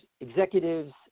executives